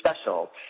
special